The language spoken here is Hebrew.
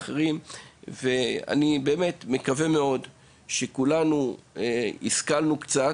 אני באמת מקווה מאוד שכולנו השכלנו קצת.